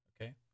Okay